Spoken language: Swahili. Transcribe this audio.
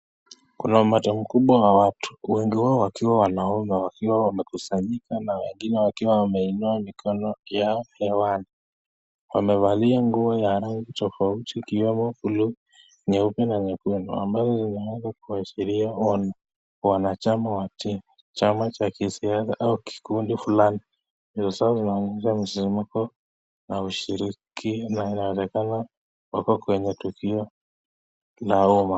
Kuna umati mkubwa wa watu, wengi wao wakiwa wanaume wakiwa wamekusanyika na wengine wakiwa wameinua mikono yao hewani. Wamevaa nguo za rangi tofauti ikiwemo bluu, nyeupe na nyekundu ambazo zinaweza kuashiria kuwa ni wanachama wa timu, chama cha kisiasa au kikundi fulani. Nyuso zao na msisimko na ushiriki unaonekana wako kwenye tukio la umma.